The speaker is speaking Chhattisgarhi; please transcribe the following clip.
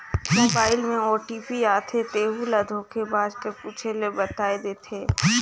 मोबाइल में ओ.टी.पी आथे तेहू ल धोखेबाज कर पूछे ले बताए देथे